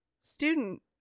Student